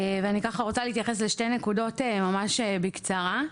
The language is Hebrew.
אני רוצה להתייחס לשתי נקודות ממש בקצרה.